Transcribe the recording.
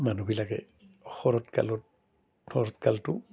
মানুহবিলাকে শৰৎ কালত শৰৎকালটো